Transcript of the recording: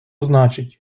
значить